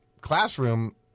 classroom